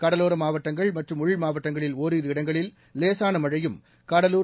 கடலோர மாவட்டங்கள் மற்றும் உள் மாவட்டங்களில் ஓரிரு இடங்களில் லேசான மழையும் கடலூர்